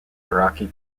iraqi